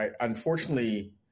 unfortunately